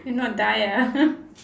if not die ah